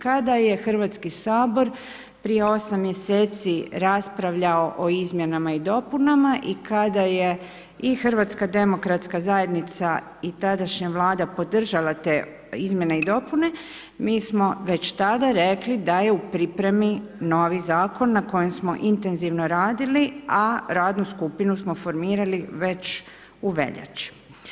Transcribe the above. Kada je Hrvatski sabor prije 8 mjeseci raspravljao o izmjenama i dopunama i kada je i Hrvatska demokratska zajednica i tadašnja Vlada podržala te izmjene i dopune, mi smo već tada rekli da je u pripremi novi zakon na kojem smo intenzivno radili, a radnu skupinu smo formirali već u veljači.